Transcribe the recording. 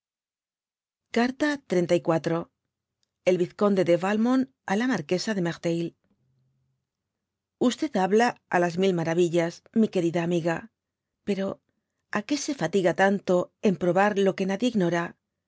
carta el vizconde de valmont d la marquesa de merteuil habla á las mil mará villas mi querida amiga pero á que se fatiga tanto en probar lo que nadie ignora